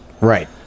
Right